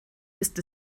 ist